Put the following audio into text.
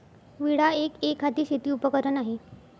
विळा एक, एकहाती शेती उपकरण आहे